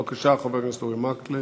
בבקשה, חבר הכנסת אורי מקלב.